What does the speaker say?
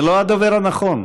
זה לא הדובר הנכון.